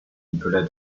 nicolas